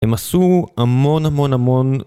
אם עשו, המון המון המון